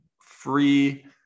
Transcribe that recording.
free